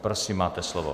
Prosím, máte slovo.